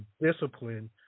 discipline